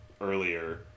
earlier